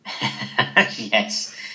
Yes